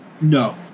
no